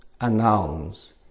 announce